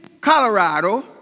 Colorado